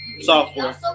software